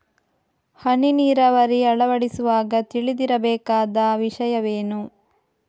ಹನಿ ನೀರಾವರಿ ಅಳವಡಿಸುವಾಗ ತಿಳಿದಿರಬೇಕಾದ ವಿಷಯವೇನು?